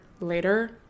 later